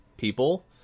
people